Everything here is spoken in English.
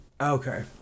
okay